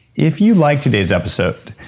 if you liked today's episode,